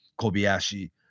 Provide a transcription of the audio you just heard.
Kobayashi